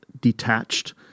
detached